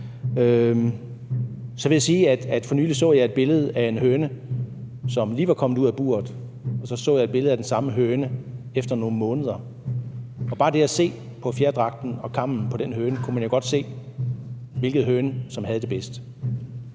Jeg vil sige, at jeg for nylig så et billede af en høne, som lige var kommet ud af buret, og så så jeg et billede af den samme høne efter nogle måneder. Og bare ved at se på fjerdragten og kammen på den høne, kunne man jo godt se, hvilken høne som havde det bedst.